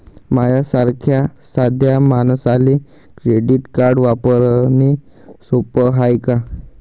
माह्या सारख्या साध्या मानसाले क्रेडिट कार्ड वापरने सोपं हाय का?